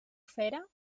fera